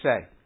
say